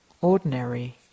ordinary